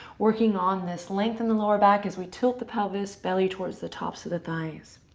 working on this length in the lower back as we tilt the pelvis, belly towards the tops of the thighs.